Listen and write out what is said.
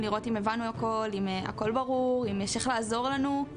איך המנהלים בתקופה כל כך מאתגרת,